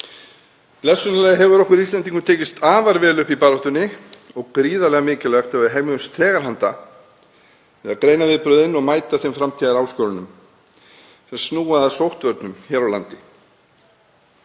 Blessunarlega hefur okkur Íslendingum tekist afar vel upp í baráttunni og það er gríðarlega mikilvægt að við hefjumst þegar handa við að greina viðbrögðin og mæta þeim framtíðaráskorunum sem snúa að sóttvörnum hér á landi.